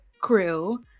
crew